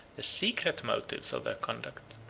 the secret motives of their conduct,